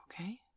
okay